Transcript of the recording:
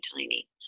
tiny